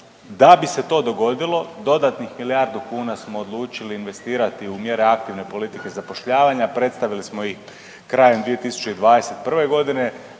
Da bi se to dogodilo dodatnih milijardu kuna smo odlučili investirati u mjere aktivne politike zapošljavanja, predstavili smo ih krajem 2021. godine.